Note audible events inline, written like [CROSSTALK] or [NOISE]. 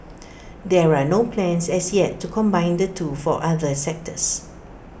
[NOISE] there are no plans as yet to combine the two for other sectors